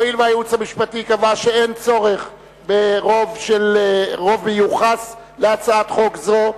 הואיל והייעוץ המשפטי קבע שאין צורך ברוב מיוחס להצעת חוק זו,